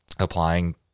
Applying